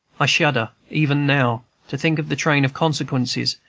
i shudder, even now, to think of the train of consequences,